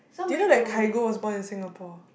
do you know that Kygo was born in Singapore